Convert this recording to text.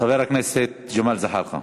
חבר הכנסת ג'מאל זחאלקה.